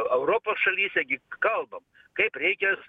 europos šalyse gi kalbam kaip reikias